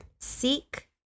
seek